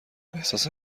احساس